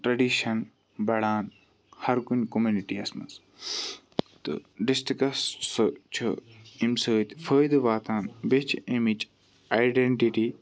tradition بَڑان ہَر کُنہِ کوٚمنِٹِیَس مَنٛز تہٕ ڈِسٹرکَس سُہ چھِ امہٕ سۭتۍ فٲیِدٕ واتان بیٚیہِ چھِ امِچ آڈیٚنٹِٹی